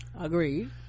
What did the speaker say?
Agreed